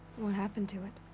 what happened to it?